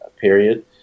period